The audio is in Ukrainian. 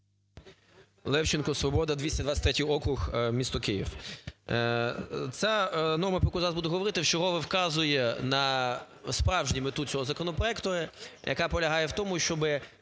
Левченко, "Свобода" 223 округ, місто Київ. Ця норма, про яку зараз буду говорити, вчергове вказує на справжню мету цього законопроекту, яка полягає в тому, щоб